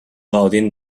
gaudint